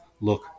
look